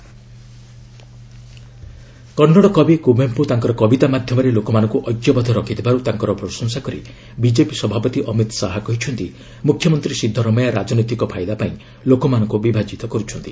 ଅମିତ୍ ଶାହା ଶିବମୋଗା କନ୍ନଡ କବି କୁବେମ୍ପୁ ତାଙ୍କର କବିତା ମାଧ୍ୟମରେ ଲୋକମାନଙ୍କୁ ଐକ୍ୟବଦ୍ଧ ରଖିଥିବାରୁ ତାଙ୍କର ପ୍ରଶସା କରି ବିଜେପି ସଭାପତି ଅମିତ ଶାହା କହିଛନ୍ତି ମୁଖ୍ୟମନ୍ତ୍ରୀ ସିଦ୍ଧିରମୟା ରାଜନୈତିକ ଫାଇଦା ପାଇଁ ଲୋକମାନଙ୍କୁ ବିଭାଜିତ କରୁଛନ୍ତି